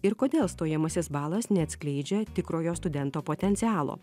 ir kodėl stojamasis balas neatskleidžia tikrojo studento potencialo